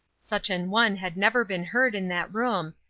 such an one had never been heard in that room,